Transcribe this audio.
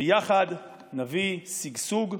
ויחד נביא שגשוג,